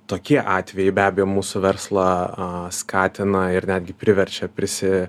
tokie atvejai be abejo mūsų verslą skatina ir netgi priverčia prisi